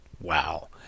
wow